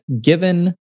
given